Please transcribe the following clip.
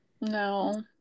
No